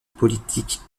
politique